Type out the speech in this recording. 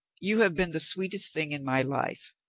you have been the sweetest thing in my life.